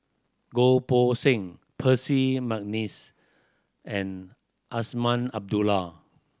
Goh Poh Seng Percy McNeice and Azman Abdullah